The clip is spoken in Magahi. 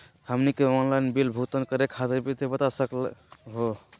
हमनी के आंनलाइन बिल भुगतान करे खातीर विधि बता सकलघ हो?